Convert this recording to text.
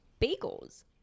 bagels